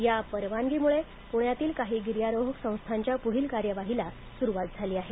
या परवानगीमुळं पृण्यातील काही गिर्यारोहक संस्थांच्या पुढील कार्यवाहीला सुरुवात झाली आहे